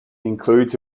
includes